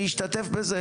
מי השתתף בזה?